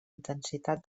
intensitat